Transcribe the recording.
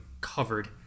covered